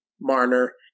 Marner